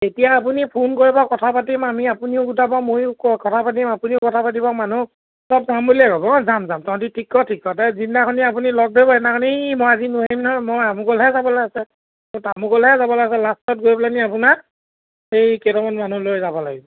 তেতিয়া আপুনি ফোন কৰিব কথা পাতিম আমি আপুনিও গোটাব ময়ো কথা পাতিম আপুনিও কথা পাতিব মানুহ চব যাম বুলিয়েই ক'ব অঁ যাম যাম তহঁতি ঠিক কৰ ঠিক কৰ যিদিনাখিনি আপুনি লগ ধৰিব সেইদিনাখিনি মই আজি নোৱাৰিম নহয় মই আমুকলৈ যাবলৈ আছে তামুকলৈ যাবলৈ আছে লাষ্টত গৈ পেলি আপোনাৰ এই কেইটামান মানুহ লৈ যাব লাগিব